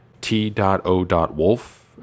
t.o.wolf